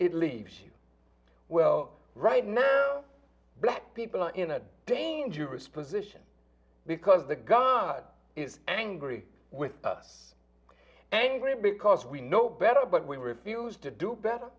it leaves you well right now black people are in a dangerous position because the guard is angry with us angry because we know better but we refused to do better